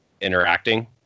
interacting